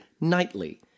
nightly